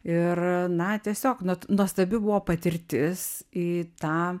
ir na tiesiog not nuostabi buvo patirtis į tą